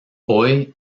hoy